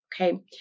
Okay